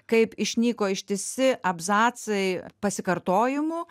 kaip išnyko ištisi apzacai pasikartojimų